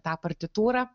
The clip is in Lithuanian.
tą partitūrą